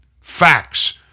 facts